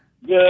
Good